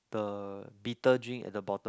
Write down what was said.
the bitter drink at the bottom